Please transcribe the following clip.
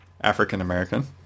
African-American